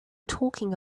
talking